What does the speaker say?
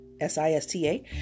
S-I-S-T-A